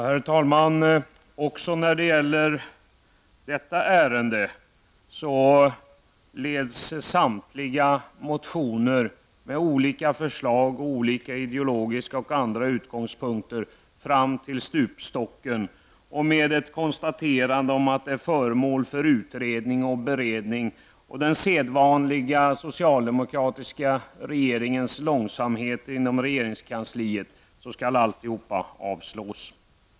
Herr talman! Också i detta ärende leder samtliga motioner med olika förslag utifrån olika ideologiska och andra utgångspunkter fram till stupstocken och ett konstaterande att frågan är föremål för utredning och beredning. Med den socialdemokratiska regeringens sedvanliga långsamhet inom regeringskansliet skall alltihop avstyrkas.